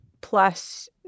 plus